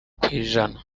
kw’ijana